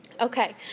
Okay